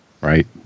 right